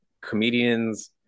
comedians